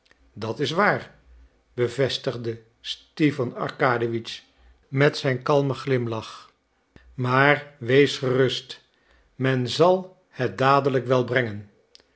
dat is waar bevestigde stipan arkadiewitsch met zijn kalmen glimlach maar wees gerust men zal het dadelijk wel brengen